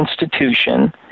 institution